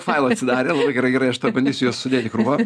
failai atsidarė labai gerai gerai aš tuoj bandysiu juos sudėti į krūvą